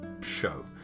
show